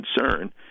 concern